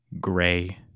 gray